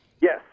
Yes